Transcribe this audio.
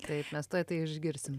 taip mes tuoj tai išgirsim